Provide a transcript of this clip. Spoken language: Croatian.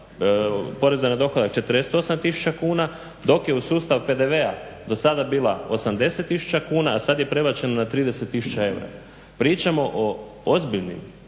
poreza na dohodak 48 tisuća kuna dok je u sustav PDV-a do sada bila 80 tisuća kuna, a sad je prebačena na 30 tisuća eura. Pričamo o ozbiljnim